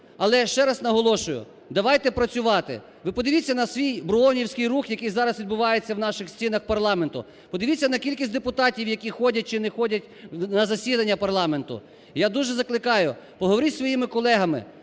але, ще раз наголошую, давайте працювати. Ви подивіться на свій броунівський рух, який зараз відбувається в наших стінах парламенту. Подивіться на кількість депутатів, які ходять чи не ходять на засідання парламенту. Я дуже закликаю: поговоріть зі своїми колегами.